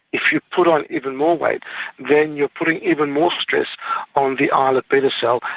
if you put on even more weight then you are putting even more stress on the islet beta cell,